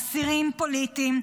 אסירים פוליטיים,